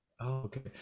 Okay